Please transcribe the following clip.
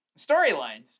storylines